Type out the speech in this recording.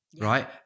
right